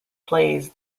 plays